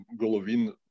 Golovin